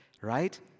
right